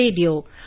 Radio